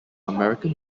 american